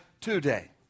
today